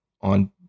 on